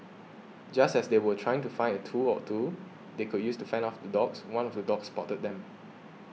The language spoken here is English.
just as they were trying to find a tool or two they could use to fend off the dogs one of the dogs spotted them